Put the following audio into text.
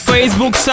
Facebook